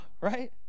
right